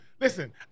listen